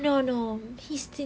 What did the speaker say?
no no he's still